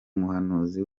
umuhanuzi